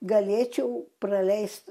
galėčiau praleist